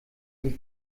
die